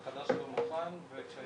נושא מאוד מאוד ממוקד, בעצם בחלק